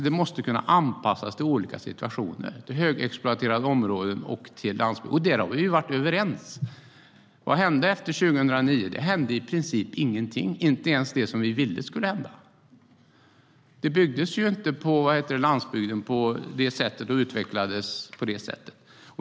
Det måste kunna anpassas till olika situationer, till högexploaterade områden och till landsbygden. Där har vi varit överens. Vad hände efter 2009? Det hände i princip ingenting, inte ens det som vi ville skulle hända. Det byggdes och utvecklades ju inte på landsbygden.